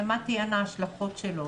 ומה תהיה תהיינה ההשלכות של.